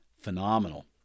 phenomenal